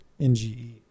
NGE